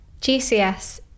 GCS